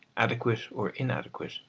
adequate or inadequate,